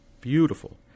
beautiful